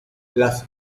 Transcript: las